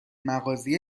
مغازه